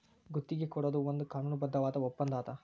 ಗುತ್ತಿಗಿ ಕೊಡೊದು ಒಂದ್ ಕಾನೂನುಬದ್ಧವಾದ ಒಪ್ಪಂದಾ ಅದ